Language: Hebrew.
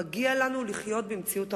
מגיע לנו לחיות במציאות אחרת.